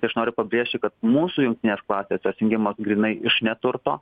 tai aš noriu pabrėžti kad mūsų jungtinės klasės jos jungiamos grynai iš neturto